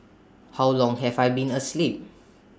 how long have I been asleep